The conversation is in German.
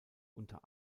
unter